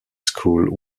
school